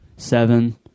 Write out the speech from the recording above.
Seven